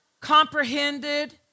comprehended